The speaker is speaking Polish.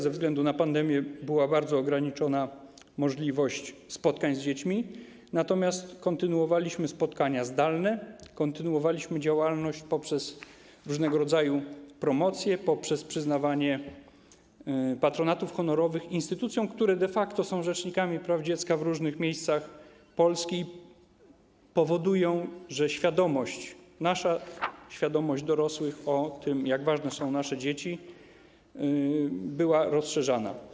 Ze względu na pandemię była bardzo ograniczona możliwość spotkań z dziećmi, natomiast kontynuowaliśmy spotkania zdalne, kontynuowaliśmy działalność poprzez różnego rodzaju promocje, poprzez przyznawanie patronatów honorowych instytucjom, które de facto są rzecznikami praw dziecka w różnych miejscach Polski i powodują, że nasza świadomość, świadomość dorosłych o tym, jak ważne są nasze dzieci, była rozszerzana.